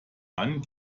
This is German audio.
mann